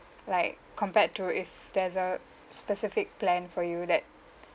like compared to if there's a specific plan for you that